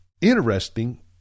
interesting